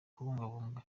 guhungabanya